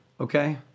Okay